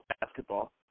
basketball